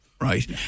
Right